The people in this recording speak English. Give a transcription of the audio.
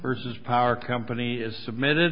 versus power company is submitted